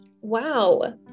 Wow